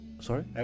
Sorry